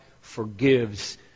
forgives